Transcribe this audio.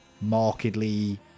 markedly